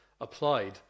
applied